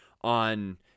on